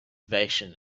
vashon